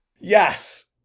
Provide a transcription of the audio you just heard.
Yes